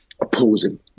opposing